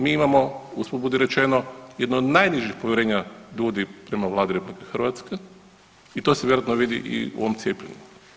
Mi imamo usput budi rečeno jedno od najnižih povjerenja ljudi prema Vladi RH i to se vjerojatno vidi i u ovom cijepljenju.